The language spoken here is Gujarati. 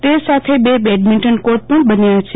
તે સાથે બે બેડમિન્ટન કોર્ટ પણ બન્યા છે